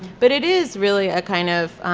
but it is really a kind of,